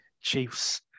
Chiefs